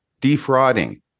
defrauding